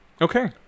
okay